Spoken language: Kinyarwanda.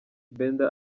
benda